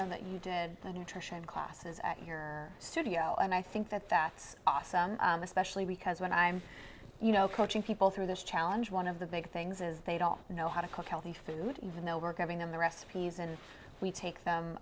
know that you did the nutrition classes at your studio and i think that that's awesome especially because when i'm you know coaching people through this challenge one of the big things is they don't know how to cook healthy food even though we're going on the recipes and we take